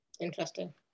interesting